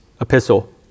epistle